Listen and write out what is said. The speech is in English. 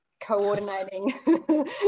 coordinating